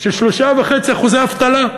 של 3.5% אבטלה.